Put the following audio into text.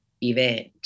event